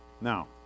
Now